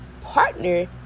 partner